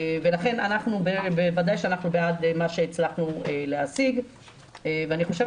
לכן אנחנו בוודאי בעד מה שהצלחנו להשיג ואני חושבת